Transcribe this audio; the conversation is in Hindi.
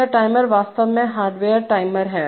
यह टाइमर वास्तव में हार्डवेयर टाइमर है